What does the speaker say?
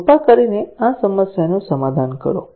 કૃપા કરીને આ સમસ્યાનું સમાધાન કરો